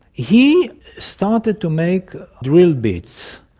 he started to make drill bits,